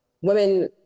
women